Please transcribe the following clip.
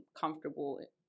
comfortable